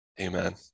Amen